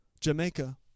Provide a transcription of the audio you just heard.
Jamaica